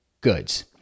goods